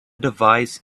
device